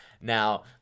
now